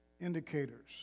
indicators